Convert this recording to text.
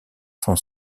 cent